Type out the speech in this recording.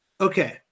Okay